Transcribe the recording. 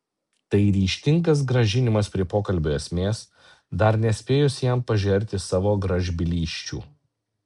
tai ryžtingas grąžinimas prie pokalbio esmės dar nespėjus jam pažerti savo gražbylysčių